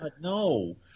no